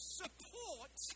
support